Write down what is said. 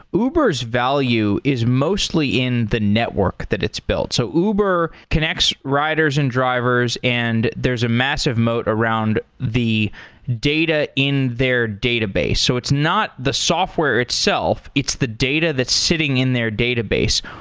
uber's value is mostly in the network that it's built. so uber connects riders and drivers and there's a massive moat around the data in their database. so it's not the software itself, it's the data that's sitting in their database.